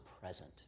present